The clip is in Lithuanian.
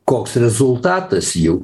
koks rezultatas jau